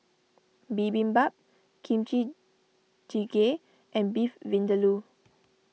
Bibimbap Kimchi Jjigae and Beef Vindaloo